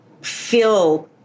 feel